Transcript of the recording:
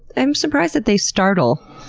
i'm surprised that they startle.